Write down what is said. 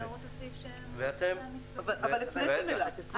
אבל הפניתים אליו.